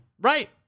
Right